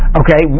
okay